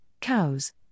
cows